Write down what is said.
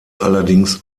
allerdings